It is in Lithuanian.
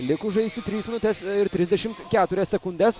likus žaisti tris minutes ir trisdešimt keturias sekundes